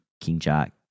king-jack